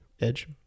Edge